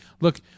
look